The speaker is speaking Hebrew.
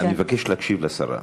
אני מבקש להקשיב לשרה,